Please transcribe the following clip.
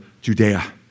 Judea